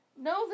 No